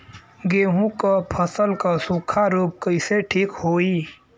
गेहूँक फसल क सूखा ऱोग कईसे ठीक होई?